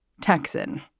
Texan